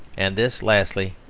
and this, lastly,